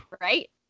right